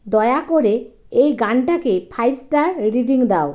দয়া করে এই গানটাকে ফাইভ স্টার রিডিং দাও